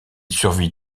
survit